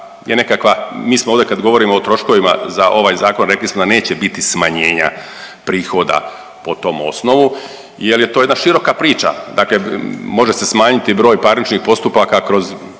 mi smo ovdje kad govorimo o troškovima za ovaj zakon rekli smo da neće biti smanjenja prihoda po tom osnovu jel je to jedna široka priča, dakle može se smanjiti broj parničnih postupaka kroz